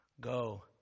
Go